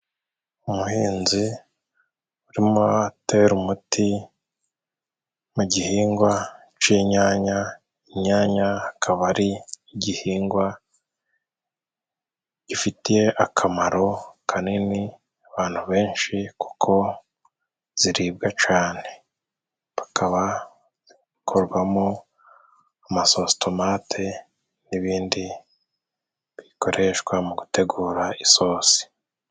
Umuhinzi urimo atera umuti mu gihingwa c'inyanya. Inyanya akaba ari igihingwa gifitiye akamaro kanini abantu benshi kuko ziribwa cane. Bakaba korwamo amasositomate n'ibindi bikoreshwa mu gutegura isosi..